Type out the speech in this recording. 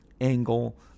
angle